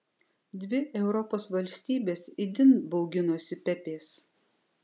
dvi europos valstybės itin bauginosi pepės